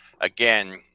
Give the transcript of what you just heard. Again